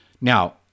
Now